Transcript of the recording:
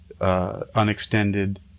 unextended